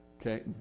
Okay